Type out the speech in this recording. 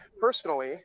personally